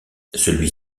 celui